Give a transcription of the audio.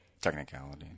Technicality